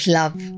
love